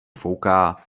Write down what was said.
fouká